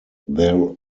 there